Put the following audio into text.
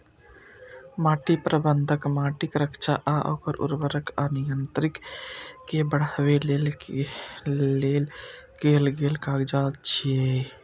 माटि प्रबंधन माटिक रक्षा आ ओकर उर्वरता आ यांत्रिकी कें बढ़ाबै लेल कैल गेल काज छियै